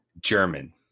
German